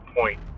point